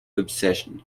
obsession